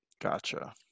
Gotcha